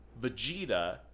vegeta